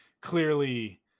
clearly